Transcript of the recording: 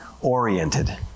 oriented